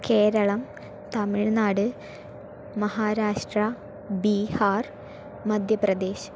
Keralam Tamil Nadu Maharashtra Bihar Madhya Pradesh